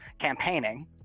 campaigning